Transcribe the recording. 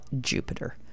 Jupiter